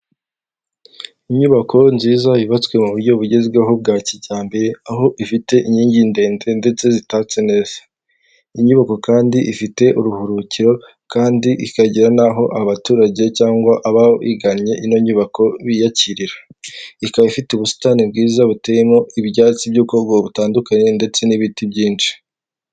Inyubako nziza yubatswe mu buryo bugezweho bwa kijyambere, aho ifite inkingi ndende ndetse zitatse neza. Inyubako kandi ifite uburuhukiro kandi ikagera n'aho abaturage cyangwa aba bigannye inyubako biyakirira. Ikaba ifite ubusitani bwiza buteyemo ibyatsi by'ubwoko butandukanye ndetse n'ibiti byinshi.